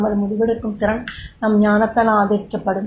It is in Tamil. நமது முடிவெடுக்கும் திறன் நம் ஞானத்தால் ஆதரிக்கப்படும்